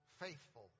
Faithful